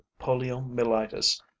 poliomyelitis